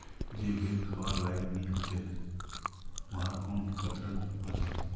जे भेड़ खबार लायक नई ह छेक वहार ऊन कतरन ह छेक